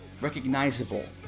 recognizable